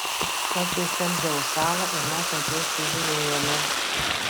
kartais temzė užšąla ir mes ant jos čiužinėjame